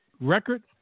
record